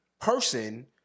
person